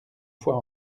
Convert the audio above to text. fois